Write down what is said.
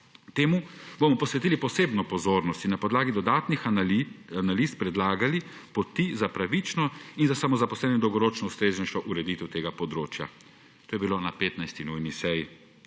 Temu bomo posvetili posebno pozornost in na podlagi dodanih analiz predlagali poti za pravično in za samozaposlene in dolgoročno ustreznejšo ureditev tega področja.« To je bilo na 15. nujni seji,